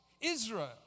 Israel